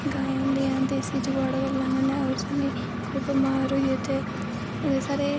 गायें होंदियां देस्सी जुगाड़ करी लैन्ने होन्ने अगर साह्नू कोई बमार होई जाहचै ते साढ़े